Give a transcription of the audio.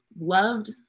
loved